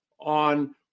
on